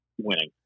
winning